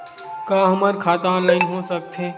का हमर खाता ऑनलाइन हो सकथे?